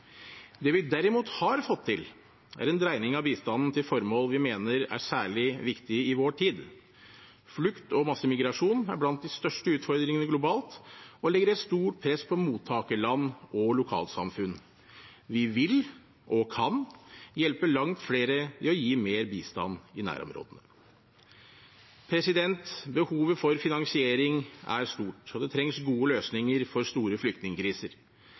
Det vi derimot har fått til, er en dreining av bistanden til formål vi mener er særlig viktige i vår tid. Flukt og massemigrasjon er blant de største utfordringene globalt og legger et stort press på mottakerland og lokalsamfunn. Vi vil – og kan – hjelpe langt flere ved å gi mer bistand i nærområdene. Behovet for finansiering er stort, og det trengs gode løsninger for store flyktningkriser.